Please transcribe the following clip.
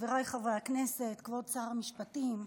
חברה לא דמוקרטית אחת שבה קיימת מערכת משפט חזקה ועצמאית.